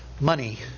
money